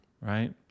Right